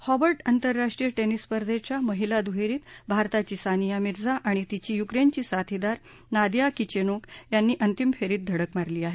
Hobart आंतरराष्ट्रीय tennis स्पर्धेच्या महिला दुहेरीत भारताची सानिया मिर्झा आणि तिची युक्रनेची साथीदार नादिया किचेनोक यांनी अंतिम फेरीत धडक मारली आहे